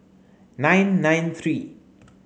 nine nine three